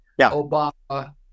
Obama